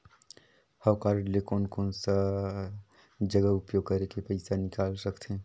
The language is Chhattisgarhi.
हव कारड ले कोन कोन सा जगह उपयोग करेके पइसा निकाल सकथे?